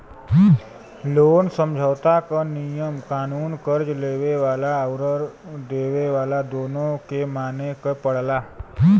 loan समझौता क नियम कानून कर्ज़ लेवे वाला आउर देवे वाला दोनों के माने क पड़ला